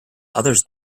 others